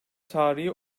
tarihi